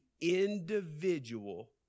individual